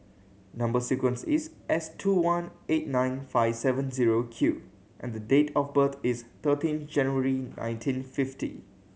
number sequence is S two one eight nine five seven zero Q and the date of birth is thirteen January nineteen fifty